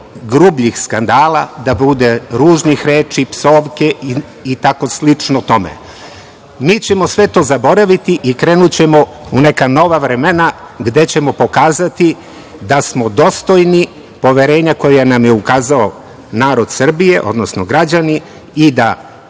najgrubljih skandala, da bude ružnih reči, psovki i slično tome. Mi ćemo sve to zaboraviti i krenućemo u neka nova vremena, gde ćemo pokazati da smo dostojni poverenja koje nam je ukazao narod Srbije, odnosno građani i da